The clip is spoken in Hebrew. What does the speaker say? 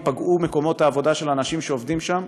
ייפגעו מקומות העבודה של אנשים שעובדים שם,